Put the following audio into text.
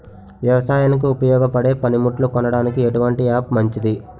వ్యవసాయానికి ఉపయోగపడే పనిముట్లు కొనడానికి ఎటువంటి యాప్ మంచిది?